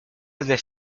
desde